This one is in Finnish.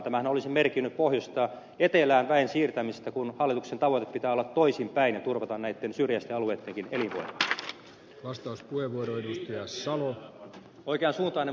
tämähän olisi merkinnyt pohjoisesta etelään väen siirtämistä kun hallituksen tavoitteen pitää olla toisinpäin ja turvata näitten syrjäisten alueittenkin elinvoima